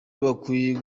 bakwiye